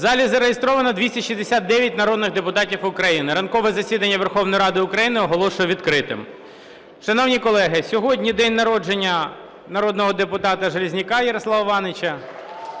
В залі зареєстровано 269 народних депутатів України. Ранкове засідання Верховної Ради України оголошую відкритим. Шановні колеги, сьогодні день народження народного депутата Железняка Ярослава Івановича.